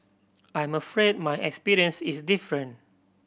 I'm afraid my experience is different